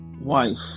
wife